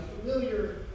familiar